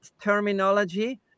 terminology